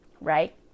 right